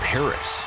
Paris